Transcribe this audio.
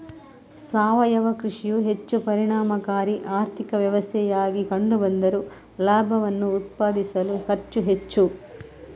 ಸಾವಯವ ಕೃಷಿಯು ಹೆಚ್ಚು ಪರಿಣಾಮಕಾರಿ ಆರ್ಥಿಕ ವ್ಯವಸ್ಥೆಯಾಗಿ ಕಂಡು ಬಂದರೂ ಲಾಭವನ್ನು ಉತ್ಪಾದಿಸಲು ಖರ್ಚು ಹೆಚ್ಚು